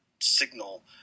signal